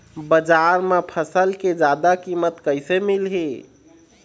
बजार म फसल के जादा कीमत कैसे मिलही?